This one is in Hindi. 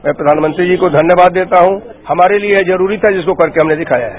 मैं प्रधानमंत्री जी को धन्यवाद देता हूं हमारे लिए यह जरूरी था जिसको हमने करके दिखाया है